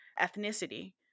ethnicity